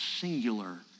singular